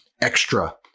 extra